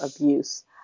abuse